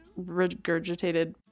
regurgitated